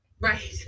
Right